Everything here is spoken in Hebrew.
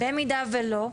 במידה ולא,